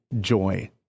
joy